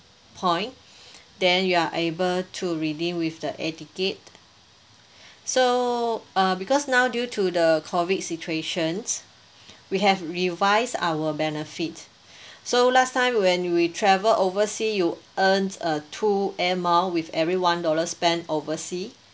point then you are able to redeem with the air ticket so uh because now due to the COVID situation we have revised our benefit so last time when we travel oversea you earn uh two air mile with every one dollar spent oversea